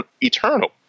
eternal